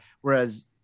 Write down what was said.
Whereas